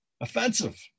Offensive